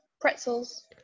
Pretzels